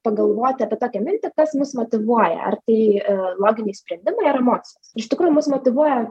pagalvoti apie tokią mintį kas mus motyvuoja ar tai loginiai sprendimai ar emocijos iš tikrųjų mus motyvuoja